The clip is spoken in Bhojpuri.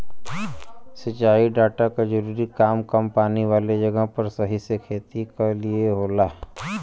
सिंचाई डाटा क जरूरी काम कम पानी वाले जगह पर सही से खेती क लिए होला